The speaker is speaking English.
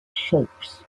shapes